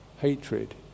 hatred